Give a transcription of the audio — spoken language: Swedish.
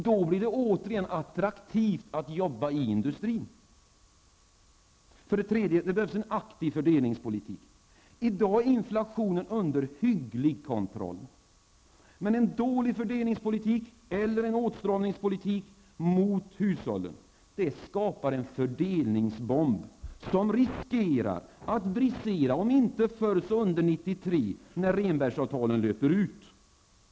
Då blir det åter attraktivt att jobba i industrin. 3. En aktiv fördelningspolitik. I dag är inflationen under hygglig kontroll. En dålig fördelningspolitik eller åtstramningspolitik gentemot hushållen skapar en fördelningsbomb som riskerar att brisera, om inte förr så under 1993 när Rhenbergsavtalen löper ut.